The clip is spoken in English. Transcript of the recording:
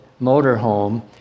motorhome